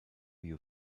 you